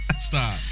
stop